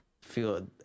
feel